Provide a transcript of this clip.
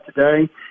today